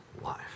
life